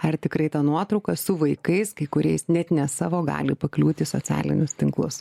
ar tikrai ta nuotrauka su vaikais kai kuriais net ne savo gali pakliūti į socialinius tinklus